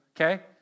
okay